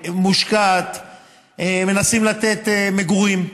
מנסים לתת מגורים,